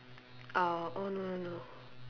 uh oh no no no